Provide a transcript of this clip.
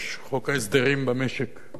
יש חוק ההסדרים במשק,